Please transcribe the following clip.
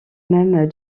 même